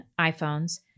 iPhones